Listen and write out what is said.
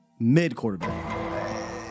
Mid-quarterback